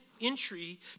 entry